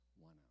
one